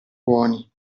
buoni